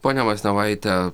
ponia masnevaite